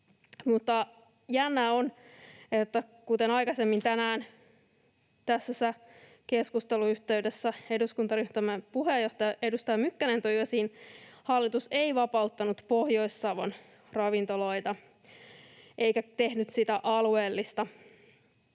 Jännää on, kuten aikaisemmin tänään tämän keskustelun yhteydessä eduskuntaryhmämme puheenjohtaja, edustaja Mykkänen toi esiin, että hallitus ei vapauttanut Pohjois-Savon ravintoloita eikä tehnyt sitä kuntakohtaista